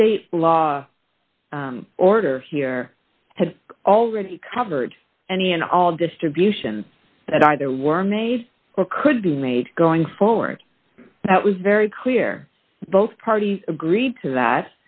state law order here has already covered any and all distributions that either were made or could be made going forward that was very clear both parties agreed to that